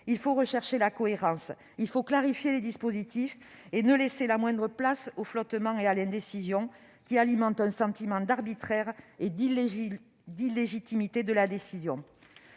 Il faut rechercher la cohérence, il faut clarifier les dispositifs et ne pas laisser la moindre place au flottement et à l'indécision, qui alimentent un sentiment d'arbitraire et d'illégitimité de la décision.